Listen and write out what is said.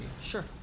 Sure